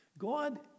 God